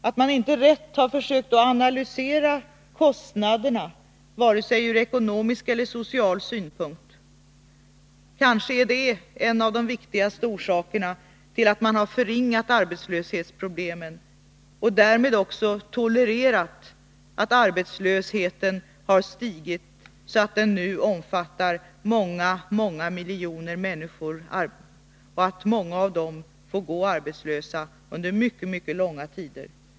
Att man inte rätt har försökt att analysera de kostnader som arbetslösheten för med sig är kanske en av de viktigaste orsakerna till att man har förringat arbetslöshetsproblemen och därmed också tolererat att arbetslösheten har stigit så att den nu omfattar många miljoner människor. Många av dem får gå arbetslösa under mycket långa tider.